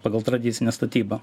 pagal tradicinę statybą